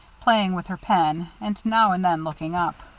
playing with her pen, and now and then looking up.